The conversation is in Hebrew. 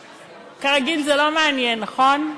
כרגיל, זה לא מעניין, נכון?